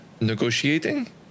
negotiating